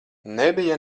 nebija